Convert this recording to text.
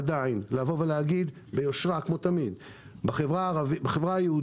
עדיין צריך להגיד ביושרה כמו תמיד: בחברה היהודית